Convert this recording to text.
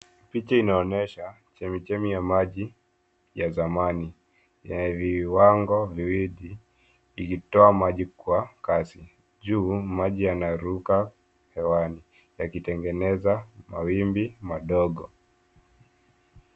Picha inaonyesha chemichemi ya maji ya zamani ya viwango viwili vikitoa maji kwa kasi. Juu maji yanaruka hewani yakitengeneza mawimbi madogo.